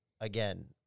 again